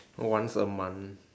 once a month